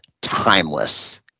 timeless